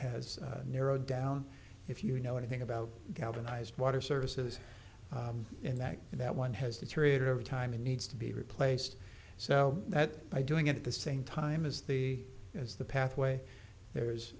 has narrowed down if you know anything about galvanized water services in that in that one has deteriorated over time and needs to be replaced so that by doing it at the same time as the as the pathway there's